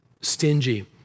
stingy